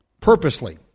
purposely